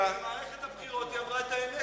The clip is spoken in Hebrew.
במערכת הבחירות היא אמרה את האמת.